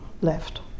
left